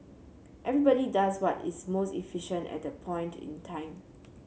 everybody does what is most efficient at that point in time